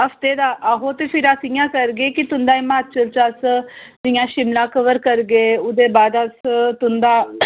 हफ्ते दा आहो ते फिर अस इ'यां करगे की तुं'दा हिमाचल च अस जि'यां शिमला कवर करगे उ'दे बाद अस तुं'दा